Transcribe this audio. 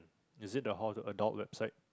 is it the hall to adult website